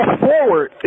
forward